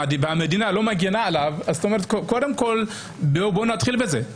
והמדינה לא מגנה עליו, קודם כול בואו נתחיל בזה.